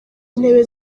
intebe